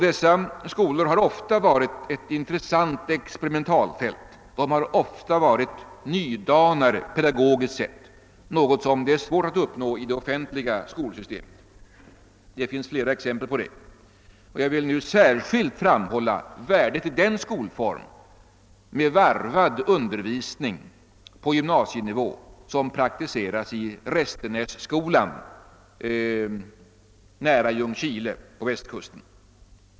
Dessa skolor har ofta varit ett intressant experimentfält, de har ofta varit nydanare pedagogiskt sett — något som det är svårt att uppnå i det offentliga skolsystemet. Det finns flera exempel på detta. Jag vill nu särskilt framhålla värdet av den skolform med varvad undervisning på gymnasienivå som praktiseras i Restenässkolan nära Ljungskile på Västkusten.